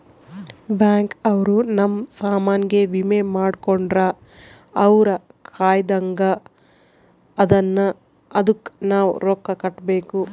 bank ಅವ್ರ ನಮ್ ಸಾಮನ್ ಗೆ ವಿಮೆ ಮಾಡ್ಕೊಂಡ್ರ ಅವ್ರ ಕಾಯ್ತ್ದಂಗ ಅದುನ್ನ ಅದುಕ್ ನವ ರೊಕ್ಕ ಕಟ್ಬೇಕು